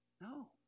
No